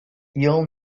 heal